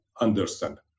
understand